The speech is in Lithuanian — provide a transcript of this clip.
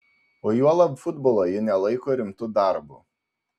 o juolab futbolo ji nelaiko rimtu darbu